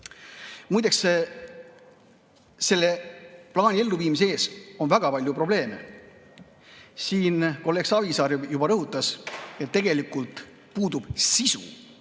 Muide, selle plaani elluviimise ees on väga palju probleeme. Siin kolleeg Savisaar juba rõhutas, et tegelikult puudub sisu,